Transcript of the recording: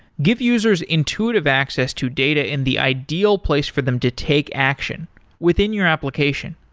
give users intuitive access to data in the ideal place for them to take action within your application.